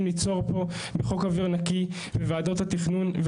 ליצור פה בחוק אוויר נקי ובוועדות התכנון.